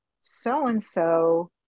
so-and-so